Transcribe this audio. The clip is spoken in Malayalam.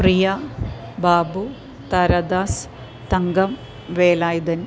പ്രിയ ബാബു താരാദാസ് തങ്കം വേലായുധൻ